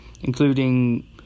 Including